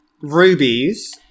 rubies